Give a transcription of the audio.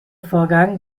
vorgang